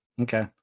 Okay